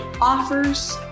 offers